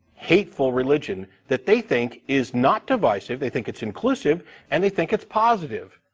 hateful religion, that they think is not divisive. they think it's inclusive and they think it's positive.